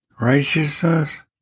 Righteousness